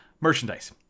merchandise